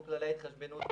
חוק כללי ההתחשבנות הבא.